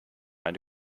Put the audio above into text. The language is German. eine